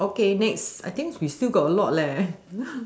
okay next I think we still got a lot lah